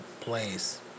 place